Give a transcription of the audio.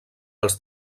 els